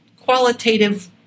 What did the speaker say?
qualitative